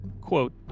quote